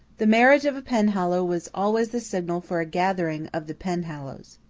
the marriage of a penhallow was always the signal for a gathering of the penhallows.